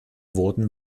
wurden